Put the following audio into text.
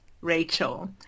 Rachel